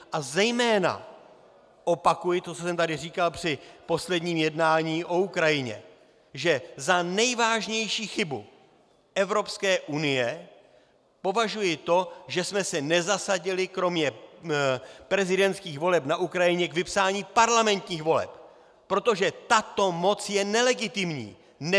A zejména opakuji, co jsem tady říkal při posledním jednání o Ukrajině, že za nejvážnější chybu Evropské unie považuji to, že jsme se nezasadili, kromě prezidentských voleb na Ukrajině k vypsání parlamentních voleb, protože tato moc je nelegitimní.